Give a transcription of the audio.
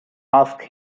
ask